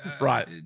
Right